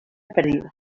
perdida